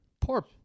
Poor